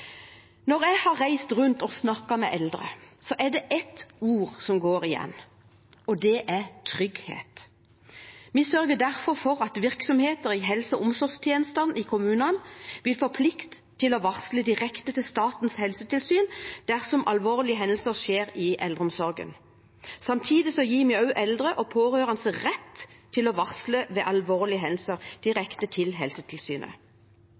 Når jeg har reist rundt og snakket med eldre, er det et ett ord som går igjen, og det er trygghet. Vi sørger derfor for at virksomheter i helse- og omsorgstjenestene i kommunene vil få plikt til å varsle direkte til Statens helsetilsyn dersom alvorlige hendelser skjer i eldreomsorgen. Samtidig gir vi også eldre og pårørende rett til å varsle ved alvorlige hendelser, direkte til Helsetilsynet.